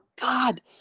god